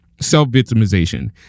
self-victimization